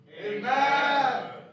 Amen